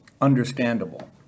understandable